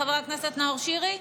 חבר הכנסת נאור שירי,